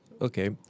Okay